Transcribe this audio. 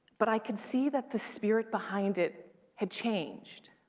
but i could see that the spirit behind it had changed.